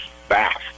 fast